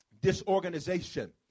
disorganization